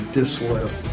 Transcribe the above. disloyal